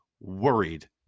worried